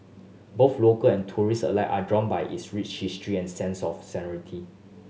both local and tourist alike are drawn by its rich history and sense of serenity